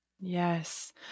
Yes